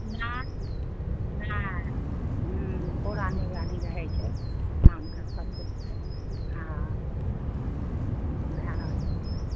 नहि नहि पूरा निगरानी रहै छै काम कऽ सब किछुके हँ भए रहल छै बिकास